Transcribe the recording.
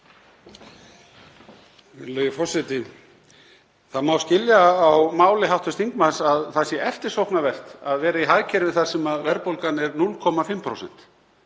Það má skilja á máli hv. þingmanns að það sé eftirsóknarvert að vera í hagkerfi þar sem verðbólgan er 0,5%.